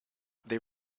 they